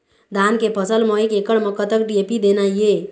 धान के फसल म एक एकड़ म कतक डी.ए.पी देना ये?